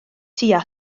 tua